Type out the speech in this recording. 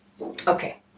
Okay